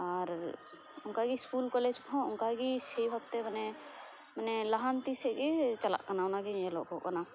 ᱟᱨ ᱚᱱᱠᱟ ᱜᱮ school college ᱠᱚᱦᱚᱸ ᱚᱱᱠᱟᱜᱮ ᱥᱮᱹᱭ ᱵᱷᱟᱵᱽ ᱛᱮ ᱢᱟᱱᱮ ᱢᱟᱱᱮ ᱞᱟᱦᱟᱱᱛᱤ ᱥᱮᱡ ᱜᱮ ᱪᱟᱞᱟᱜ ᱠᱟᱱᱟ ᱚᱱᱟ ᱜᱮ ᱧᱮᱞᱚᱜᱚᱜ ᱠᱟᱱᱟ